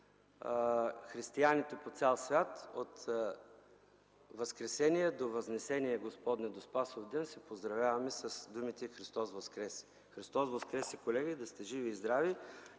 християните по цял свят от Възкресение до Възнесение Господне – до Спасовден, се поздравяваме с думите „Христос Воскресе!”. „Христос Воскресе!”, колеги! Да сте живи и здрави!